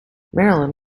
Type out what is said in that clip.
marilyn